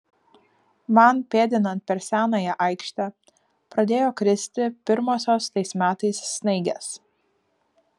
man pėdinant per senąją aikštę pradėjo kristi pirmosios tais metais snaigės